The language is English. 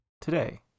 Today